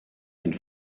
and